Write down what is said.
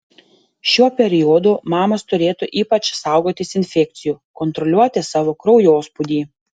šiuo periodu mamos turėtų ypač saugotis infekcijų kontroliuoti savo kraujospūdį